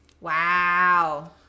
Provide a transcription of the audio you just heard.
Wow